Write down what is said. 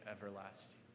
everlasting